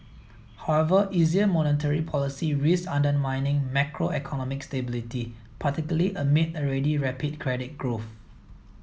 however easier monetary policy risks undermining macroeconomic stability particularly amid already rapid credit growth